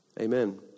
Amen